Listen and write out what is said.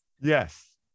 Yes